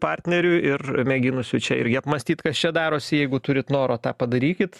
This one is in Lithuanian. partneriui ir mėginusiui čia irgi apmąstyt kas čia darosi jeigu turit noro tą padarykit